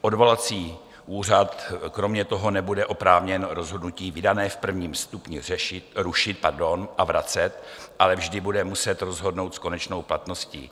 Odvolací úřad kromě toho nebude oprávněn rozhodnutí vydané v prvním stupni rušit a vracet, ale vždy bude muset rozhodnout s konečnou platností.